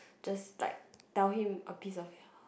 just like tell him a piece of